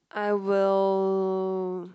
I will